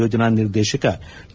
ಯೋಜನಾ ನಿರ್ದೇಶಕ ಕೆ